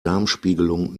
darmspiegelung